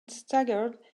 staggered